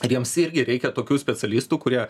ar jiems irgi reikia tokių specialistų kurie